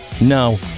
No